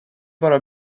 bara